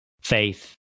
faith